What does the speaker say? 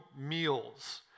meals